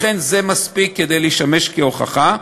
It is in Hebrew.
לכן זה מספיק כדי לשמש כהוכחה.